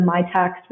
MyTax